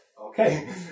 Okay